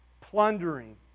plundering